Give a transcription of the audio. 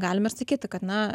galim ir sakyti kad na